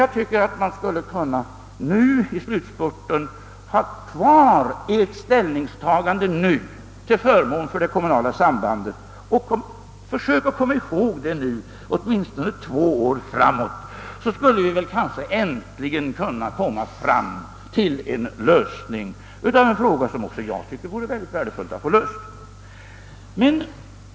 Jag tycker att man skulle kunna nu i slutspurten ha kvar ert ställningstagande till förmån för det kommunala sambandet. Försök att komma ihåg det åtminstone två år framåt! I så fall skulle vi kanske äntligen kunna komma fram till en lösning av den fråga som också jag tycker det vore värdefullt att få löst.